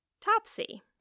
Topsy